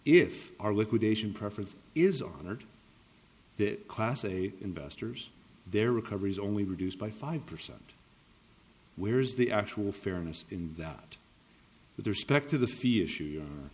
if our liquidation preference is honored that class a investors their recovery is only reduced by five percent where's the actual fairness in that with respect to the fee issue